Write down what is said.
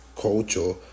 culture